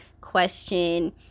question